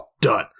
done